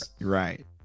Right